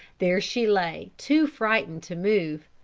there she lay too frightened to move,